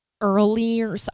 earlier